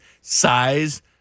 size